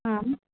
ಹಾಂ